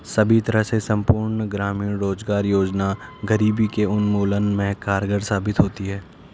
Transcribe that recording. सभी तरह से संपूर्ण ग्रामीण रोजगार योजना गरीबी के उन्मूलन में कारगर साबित होती है